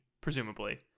presumably